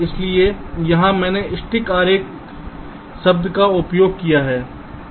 इसलिए यहाँ मैंने स्टिक आरेख शब्द का उपयोग किया है